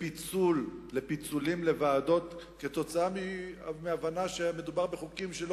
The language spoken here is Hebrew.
לפיצולים לוועדות כתוצאה מהבנה שמדובר בחוקים שלא